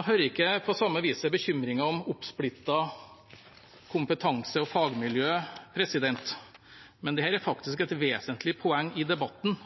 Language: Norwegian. hører jeg ikke på samme viset bekymringen for oppsplittede kompetanse- og fagmiljøer. Men dette er faktisk et vesentlig poeng i debatten.